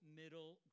middle